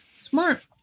Smart